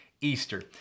Easter